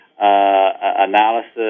analysis